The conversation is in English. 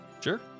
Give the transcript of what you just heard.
Sure